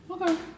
Okay